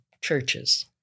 churches